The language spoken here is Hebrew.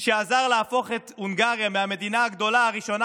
שעזר להפוך את הונגריה מהמדינה הגדולה הראשונה